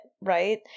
right